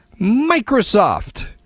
Microsoft